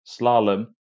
Slalom